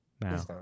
Now